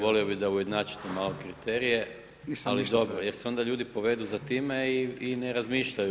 Volio bi da ujednačite malo kriterije, al dobro jer se onda ljudi povedu za time i ne razmišljaju.